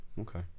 Okay